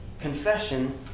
confession